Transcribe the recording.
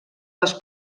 les